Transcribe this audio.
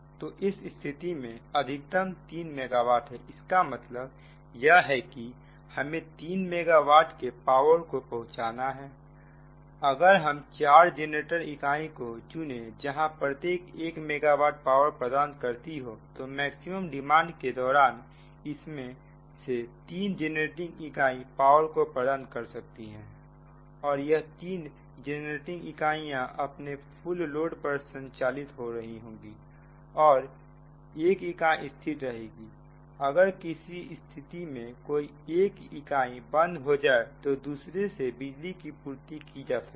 तो इस स्थिति में अधिकतम 3 मेगावाट है इसका मतलब यह है कि हमें 3 मेगा वाट के पावर को पहुंचाना है अगर हम चार जनरेट इकाई को चुने जहां प्रत्येक 1 मेगा वाट पावर प्रदान करती हो तो मैक्सिमम डिमांड के दौरान इनमें से तीन जेनरेटिंग इकाई पावर को प्रदान कर सकती है और यह तीनों जेनरेटिंग इकाइयां अपने फुल लोड पर संचालित हो रही होंगी और एक इकाई स्थिर रहेगी अगर किसी स्थिति में कोई एक इकाई बंद हो जाए तो दूसरे से बिजली की पूर्ति की जा सकती है